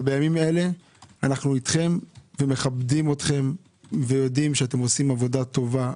אבל בימים אלה אנחנו אתכם ומכבדים אתכם ויודעים שאתם עושים עבודה טובה,